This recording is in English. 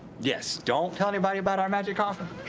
yes. don't tell anybody about our magic coffin.